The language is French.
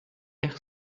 air